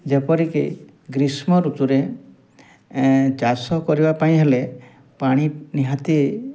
ଯେପରିକି ଗ୍ରୀଷ୍ମ ଋତୁରେ ଚାଷ କରିବା ପାଇଁଁ ହେଲେ ପାଣି ନିହାତି